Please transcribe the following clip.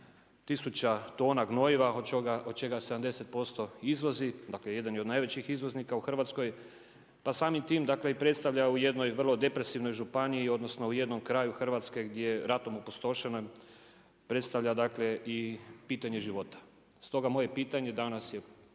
tona gnojiva, od čega 70% izvozi, dakle jedan je od najvećih izvoznika u Hrvatskoj, pa samim tim dakle i predstavlja u jednoj vrlo depresivnoj županiji odnosno u jednom kraju Hrvatske gdje je ratom opustošena, predstavlja dakle i pitanje života. Stoga moje pitanje danas je